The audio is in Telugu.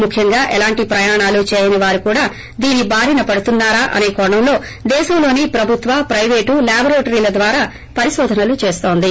ముఖ్యంగా ఎలాంటి ప్రయాణాలు చేయని వారు కూడా దీని బారినపడుతున్సారా ేఅసే కోణంలో దేశంలోని ప్రభుత్వ ప్రైవేటు లాబొరేటరీల ద్వారా పరిశోధనలు చేన్తోంది